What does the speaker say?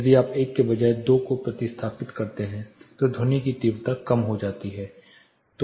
यदि आप 1 के बजाय 2 को प्रतिस्थापित करते हैं तो ध्वनि की तीव्रता कम हो जाती है